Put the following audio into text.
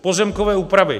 Pozemkové úpravy.